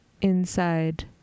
inside